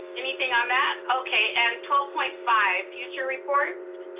anything on that? okay, and twelve point five, future reports?